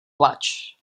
plač